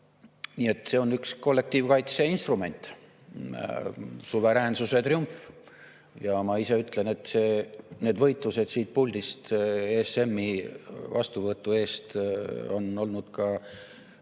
Nii et see on üks kollektiivkaitse instrument, suveräänsuse triumf. Ja ma ise ütlen, et need võitlused siit puldist ESM-i vastuvõtu eest on olnud mitte